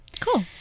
Cool